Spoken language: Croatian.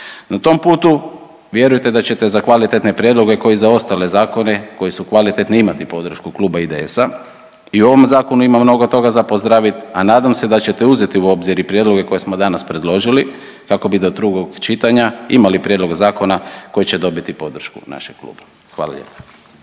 Na tom putu vjerujte da ćete za kvalitetne prijedloge kao i za ostale zakone koji su kvalitetni imati podršku kluba ID-a. I u ovom zakonu ima mnogo toga za pozdravit, a nadam se da ćete uzet u obzir i prijedloge koje smo danas predložili kako bi do drugog čitanja imali prijedlog zakona koji će dobiti podršku našeg kluba. Hvala lijepo.